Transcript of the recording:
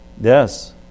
Yes